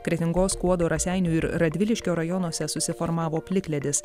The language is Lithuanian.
kretingos skuodo raseinių ir radviliškio rajonuose susiformavo plikledis